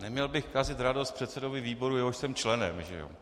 Neměl bych kazit radost předsedovi výboru, jehož jsem členem, že jo.